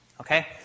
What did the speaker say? Okay